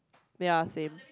ya same